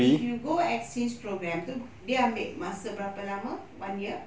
if you go exchange programme itu dia ambil masa berapa lama one year